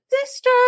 Sister